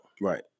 Right